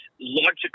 logical